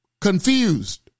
confused